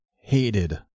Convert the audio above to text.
hated